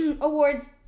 awards